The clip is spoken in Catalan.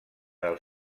del